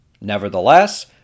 Nevertheless